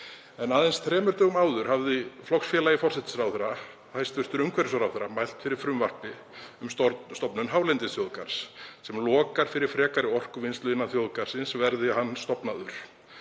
en aðeins þremur dögum áður hafði flokksfélagi forsætisráðherra, hæstv. umhverfisráðherra, mælt fyrir frumvarpi um stofnun hálendisþjóðgarðs sem lokar fyrir frekari orkuvinnslu innan þjóðgarðsins, verði hann stofnaður.